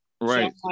Right